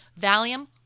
Valium-